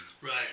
Right